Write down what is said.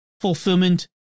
fulfillment